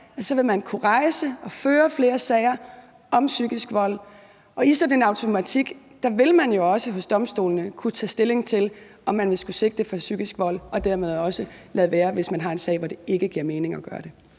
vil kunne rejse og føre flere sager om psykisk vold? Med sådan en automatik ville man også lade domstolene kunne tage stilling til, om man skulle sigte for psykisk vold, men jo også lade være, hvis man har en sag, hvor det ikke giver mening at gøre det.